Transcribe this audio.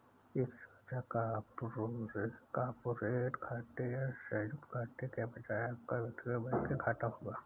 एक साझा कॉर्पोरेट खाते या संयुक्त खाते के बजाय आपका व्यक्तिगत बैंकिंग खाता होगा